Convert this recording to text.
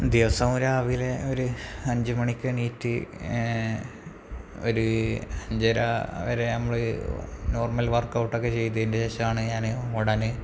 ദിവസവും രാവിലെ ഒരു അഞ്ച് മണിക്കെണീറ്റ് ഒരു അഞ്ചര വരെ നമ്മള് നോർമൽ വർക്കൊട്ടൊക്കെ ചെയ്തതിന്റെശേഷമാണ് ഞാന് ഓടാന്